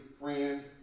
friends